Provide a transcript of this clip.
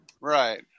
Right